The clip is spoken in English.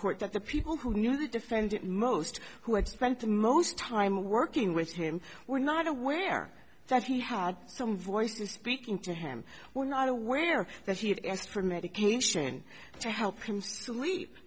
court that the people who knew the defendant most who had spent the most time working with him were not aware that he had some voices speaking to him were not aware that he had asked for medication to help him to lea